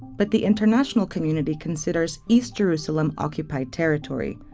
but the international community considers east jerusalem occupied territory,